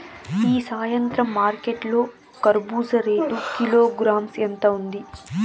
ఈ సాయంత్రం మార్కెట్ లో కర్బూజ రేటు కిలోగ్రామ్స్ ఎంత ఉంది?